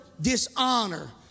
dishonor